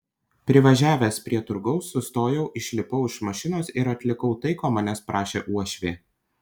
privažiavęs prie turgaus sustojau išlipau iš mašinos ir atlikau tai ko manęs prašė uošvė